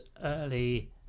early